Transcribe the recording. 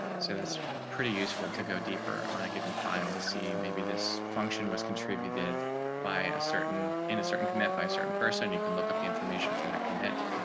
so that's pretty useful to go deeper on a given file to see maybe this function was contributed by a certain in a certain command by certain person, you can look up the information for that commit